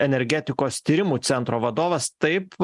energetikos tyrimų centro vadovas taip